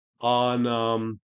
on